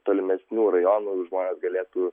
tolimesnių rajonų žmonės galėtų